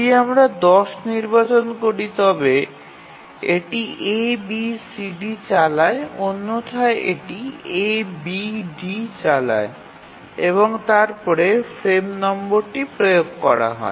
যদি আমরা ১০ নির্বাচন করি তবে এটি A B C D চালায় অন্যথায় এটি A B D চালায় এবং তারপরে ফ্রেম নম্বরটি প্রয়োগ করা হয়